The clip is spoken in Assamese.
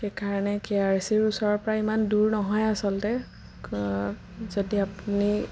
সেইকাৰণে কে আৰ চি ৰ ওচৰৰ পৰা ইমান দূৰ নহয় আচলতে যদি আপুনি